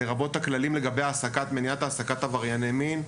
לרבות הכללים לגבי מניעת העסקת עברייני מין.